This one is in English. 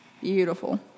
Beautiful